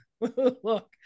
Look